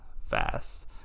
fast